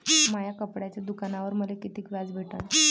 माया कपड्याच्या दुकानावर मले कितीक व्याज भेटन?